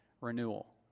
renewal